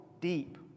deep